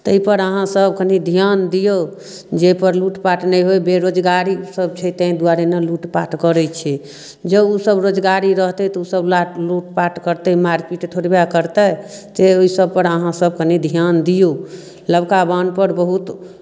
ताहिपर अहाँसभ कनि ध्यान दियौ जाहिपर लूटपाट नहि होय बेरोजगारीसभ छै ताहि दुआरे एना लूटपाट करै छै जँऽ ओसभ रोजगारी रहतै तऽ ओसभ ला लूटपाट करतै मारिपीट थोड़बे करतै से ओहिसभपर अहाँसभ कनि ध्यान दियौ नवका बान्हपर बहुत